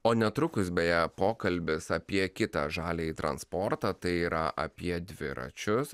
o netrukus beje pokalbis apie kitą žaliąjį transportą tai yra apie dviračius